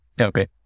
Okay